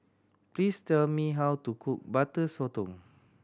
please tell me how to cook Butter Sotong